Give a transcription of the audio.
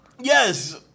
Yes